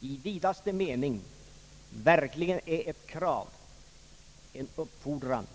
i vidaste mening verkligen är ett krav — en uppfordran.